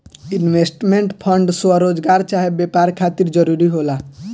investment fund स्वरोजगार चाहे व्यापार खातिर जरूरी होला